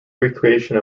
recreation